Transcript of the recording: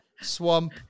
swamp